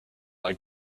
like